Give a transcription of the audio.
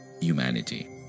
humanity